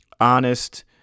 honest